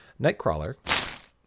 Nightcrawler